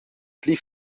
pli